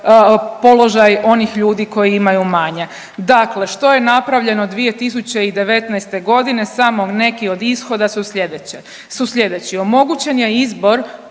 položaj onih ljudi koji imaju manje. Dakle, što je napravljeno 2019. godine? Samo neki od ishoda su slijedeće, su slijedeći. Omogućen je izbor